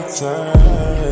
time